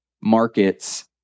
markets